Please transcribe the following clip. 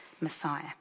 Messiah